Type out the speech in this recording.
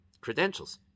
credentials